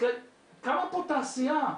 כמה פה תעשייה,